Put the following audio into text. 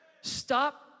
Stop